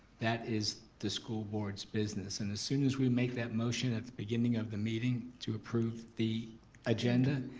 that is the school board's business. and as soon as we make that motion at the beginning of the meeting to approve the agenda.